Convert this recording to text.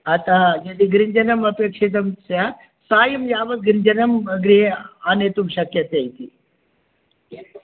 अतः यदि गृञ्जनम् अपेक्षितं स्यात् सायं यावद् गृञ्जनं गृहे आनेतुं शक्यते इति